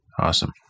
Awesome